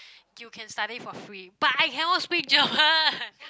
you can study for free but I cannot speak German